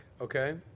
okay